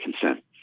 consent